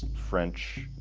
french,